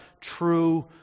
true